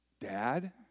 Dad